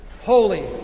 holy